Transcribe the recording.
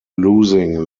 losing